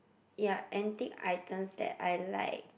ya antique items that I like